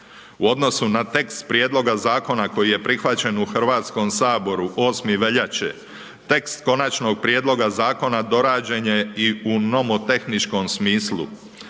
u odnosu na tekst prijedlogu zakona, koji je prihvaćen u Hrvatskom saboru 8. veljače, tekst konačnog prijedloga zakona dorađen je i u nomotehničkom smislu.